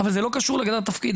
אבל זה לא קשור להגדרת התפקיד,